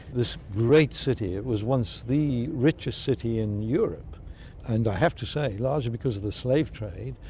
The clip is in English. this great city. it was once the richest city in europe and, i have to say, largely because of the slave trade,